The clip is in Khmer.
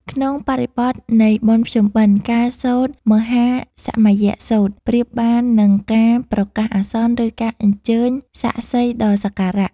ក្នុងបរិបទនៃបុណ្យភ្ជុំបិណ្ឌ ការសូត្រមហាសមយសូត្រប្រៀបបាននឹងការប្រកាសអាសន្ន ឬការអញ្ជើញសាក្សីដ៏សក្ការៈ